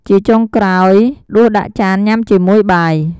ជាចុងក្រោយ ដួសដាក់ចានញ៉ាំជាមួយបាយ។